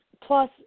plus